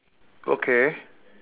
okay